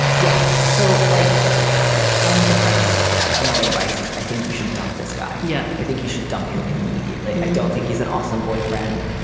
yeah so like unsurprisingly, my advice is i think you should dump this guy. yeah, i think you should dump him immediately. and i don't think he's an awesome boyfriend.